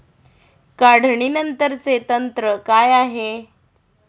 काढणीनंतरचे तंत्र काय आहे?